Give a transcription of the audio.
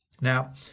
Now